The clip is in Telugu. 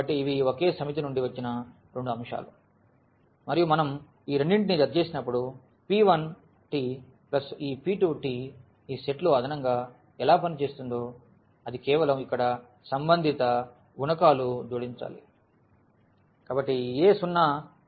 కాబట్టి ఇవి ఒకే సమితి నుండి వచ్చిన రెండు అంశాలు మరియు మనం ఈ రెండింటిని జత చేసినప్పుడు p1 ప్లస్ ఈ p2 ఈ సెట్లో అదనంగా ఎలా పనిచేస్తుందో అది కేవలం ఇక్కడ సంబంధిత గుణకాలు జోడించాలి